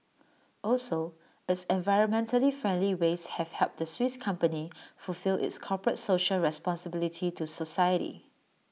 also its environmentally friendly ways have helped the Swiss company fulfil its corporate social responsibility to society